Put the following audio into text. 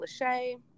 Lachey